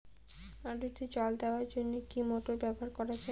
আলুতে জল দেওয়ার জন্য কি মোটর ব্যবহার করা যায়?